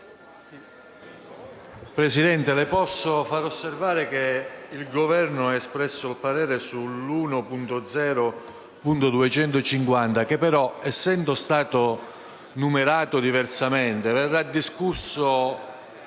Presidente, le posso far osservare che il Governo ha espresso un parere sull'emendamento 1.0.250, che però, essendo stato numerato diversamente, verrà discusso